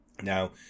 Now